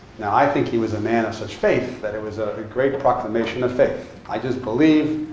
now, i think he was a man of such faith that it was ah a great proclamation of faith. i just believe,